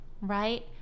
right